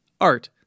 Art